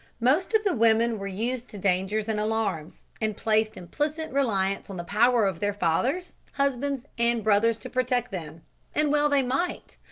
most of the women were used to dangers and alarms, and placed implicit reliance in the power of their fathers, husbands, and brothers to protect them and well they might,